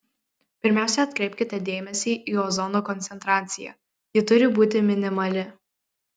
pirmiausia atkreipkite dėmesį į ozono koncentraciją ji turi būti minimali